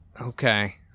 Okay